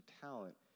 talent